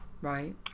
Right